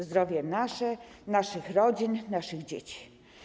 Zdrowie nasze, naszych rodzin, naszych dzieci.